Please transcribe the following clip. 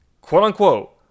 quote-unquote